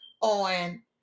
on